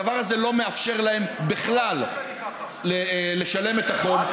הדבר הזה לא מאפשר להם בכלל לשלם את החוב.